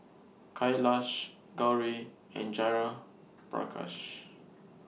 Kailash Gauri and Jayaprakash